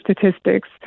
statistics